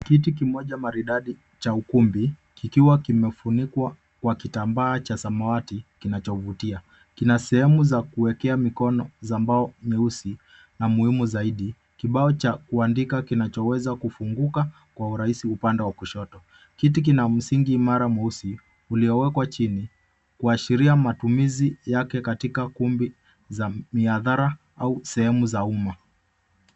Kiti kimoja maridadi cha ukumbi kimefunikwa kwa kitambaa cha mawati chenye mvuto. Kina sehemu nzuri za mbao nyeusi za kuegemea mikono ambazo ni imara na zenye muundo wa kuvutia. Kibao cha kuandikia kimeunganishwa na kinaweza kufunguliwa kwa urahisi upande wa kushoto.